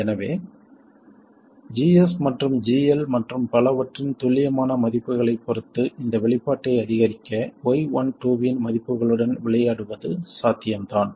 எனவே GS மற்றும் GL மற்றும் பலவற்றின் துல்லியமான மதிப்புகளைப் பொறுத்து இந்த வெளிப்பாட்டை அதிகரிக்க y12 இன் மதிப்புகளுடன் விளையாடுவது சாத்தியம் தான்